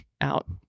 out